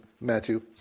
Matthew